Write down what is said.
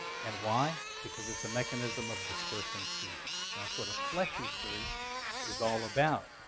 and why? because it's a mechanism of dispersing seeds. that's what a fleshy fruit is all about,